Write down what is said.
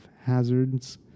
hazards